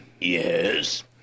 Yes